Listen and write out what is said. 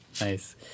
Nice